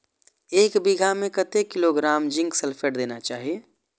एक बिघा में कतेक किलोग्राम जिंक सल्फेट देना चाही?